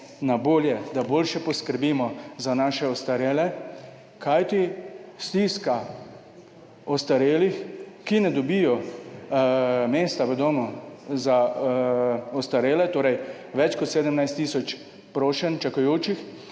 na bolje, da boljše poskrbimo za naše ostarele, kajti stiska ostarelih, ki ne dobijo mesta v domu za ostarele, torej več kot 17 tisoč prošenj čakajočih